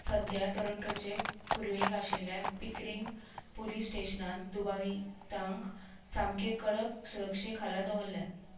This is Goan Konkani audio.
सध्या टोरोंटोचे पुर्वेक आशिल्ल्या पिकरींग पुलीस स्टेशनांत दुबावितांक सामकें कडक सुरक्षे खाला दवरल्यात